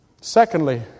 Secondly